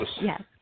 yes